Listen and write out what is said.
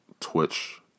Twitch